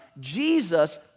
Jesus